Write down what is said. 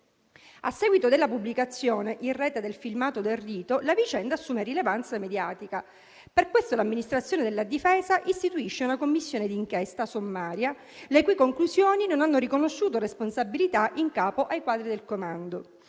A seguito della pubblicazione in rete del filmato del rito, la vicenda assume rilevanza mediatica. Per questo, l'Amministrazione della difesa istituisce una commissione di inchiesta sommaria, le cui conclusioni non hanno riconosciuto responsabilità in capo ai quadri del comando.